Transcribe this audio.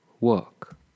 work